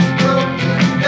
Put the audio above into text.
broken